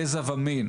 גזע ומין.